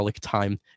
time